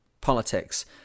politics